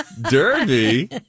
Derby